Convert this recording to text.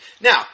Now